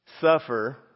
suffer